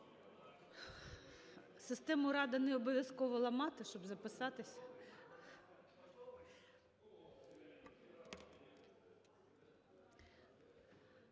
Систему "Рада" не обов'язково ламати, щоб записатись.